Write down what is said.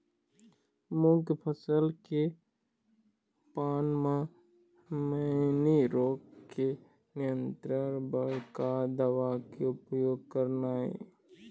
मूंग के फसल के पान म मैनी रोग के नियंत्रण बर का दवा के उपयोग करना ये?